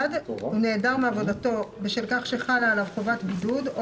1. הוא נעדר מעבודתו בשל כך שחלה עליו חובת בידוד או